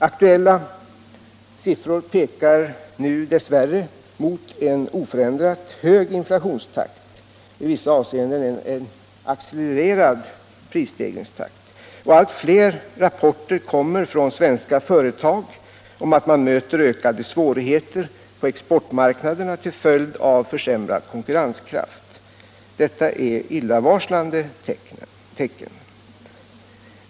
Aktuella siffror pekar nu dess värre mot en oförändrat hög inflationstakt, i vissa avseenden” en accelererad prisstegringstakt, och allt fler rapporter kommer från svenska företag om att de möter ökade svårigheter på exportmarknaderna till följd av försämrad konkurrenskraft. Detta är illavarslande tecken.